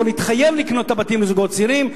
או להתחייב לקנות את הבתים לזוגות צעירים.